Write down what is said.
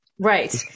Right